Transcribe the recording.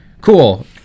cool